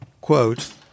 quote